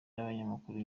n’abanyamakuru